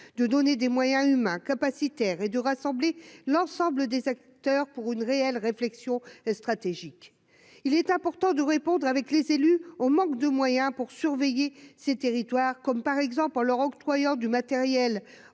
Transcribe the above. de donner des moyens humains capacitaires et de rassembler l'ensemble des acteurs pour une réelle réflexion stratégique, il est important de répondre avec les élus, au manque de moyens pour surveiller ses territoires comme par exemple en leur octroyant du matériel